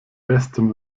bestem